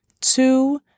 two